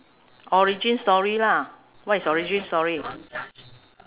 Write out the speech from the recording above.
origin story lah what is origin story